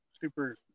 super